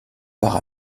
para